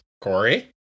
Corey